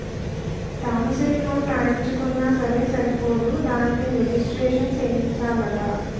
promissory note రాయించుకున్నా సరే సరిపోదు దానిని రిజిస్ట్రేషను సేయించాలట